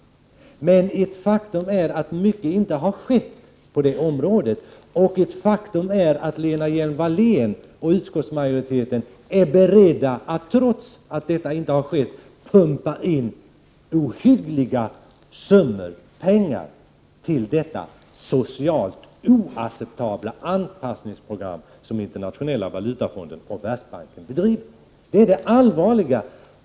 Men ett faktum är att inte mycket har skett på detta område. Det är också ett faktum att Lena Hjelm-Wallén och utskottsmajoriteten är beredda att, trots att inte mycket har skett, pumpa in ohyggliga summor pengar i detta socialt oacceptabla anpassningsprogram som Internationella valutafonden och Världsbanken bedriver. Det är det allvarliga.